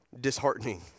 disheartening